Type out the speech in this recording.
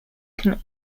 can